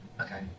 Okay